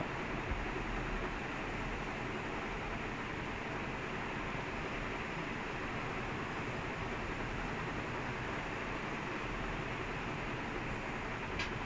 I asked her I asked her err uh I asked her whether we need a proper C_V or resume and I say I don't have one how does this work then she say just make a super basic one and help her with that